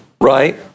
right